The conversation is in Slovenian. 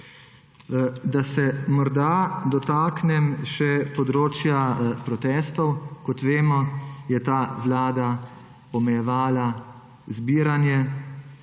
se dotaknem še področja protestov. Kot vemo, je ta vlada omejevala zbiranje,